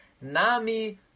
nami